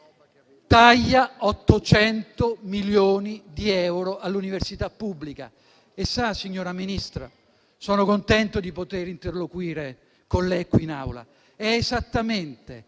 Taglia 800 milioni di euro all'università pubblica. Signora Ministra, sono contento di poter interloquire con lei in Aula.